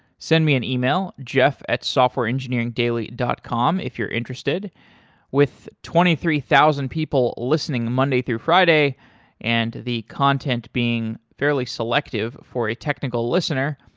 send me an e-mail jeff at softwareengineeringdaily dot com, if you're interested with twenty three thousand people listening monday through friday and the content being fairly selective for a technical listener,